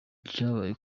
cyabaye